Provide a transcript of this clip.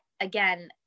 again